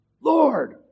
Lord